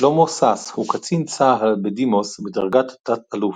שלמה שש הוא קצין צה"ל בדימוס בדרגת תת-אלוף,